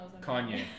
Kanye